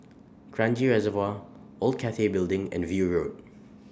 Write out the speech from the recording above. Kranji Reservoir Old Cathay Building and View Road